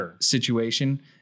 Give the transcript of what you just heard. situation